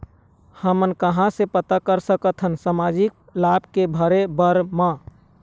हमन कहां से पता कर सकथन सामाजिक लाभ के भरे बर मा?